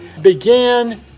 began